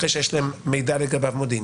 אחרי שיש להם מידע לגביו שהוא מודיעיני,